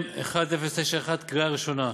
מ/1091, קריאה ראשונה.